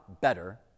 better